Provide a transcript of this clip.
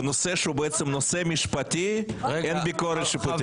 בנושא שהוא משפטי אין ביקורת משפטית.